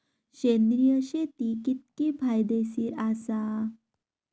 सेंद्रिय शेती कितकी फायदेशीर आसा?